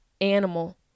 animal